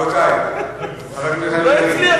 לא הצליח